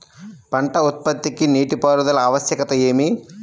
పంట ఉత్పత్తికి నీటిపారుదల ఆవశ్యకత ఏమి?